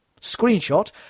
Screenshot